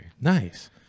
Nice